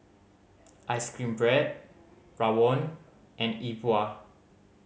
ice cream bread rawon and E Bua